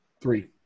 three